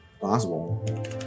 Possible